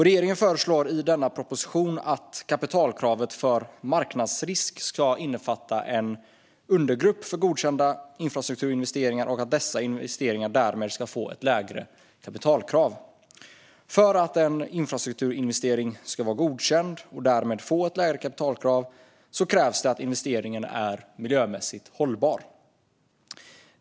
Regeringen föreslår i propositionen att kapitalkravet för marknadsrisk ska innefatta en undergrupp för godkända infrastrukturinvesteringar och att dessa investeringar därmed ska få ett lägre kapitalkrav. För att en infrastrukturinvestering ska vara godkänd och därmed få ett lägre kapitalkrav krävs det att investeringen är miljömässigt hållbar.